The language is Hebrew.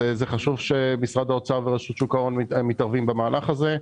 חשוב שמשרד האוצר ורשות שוק ההון מתערבים במהלך הזה.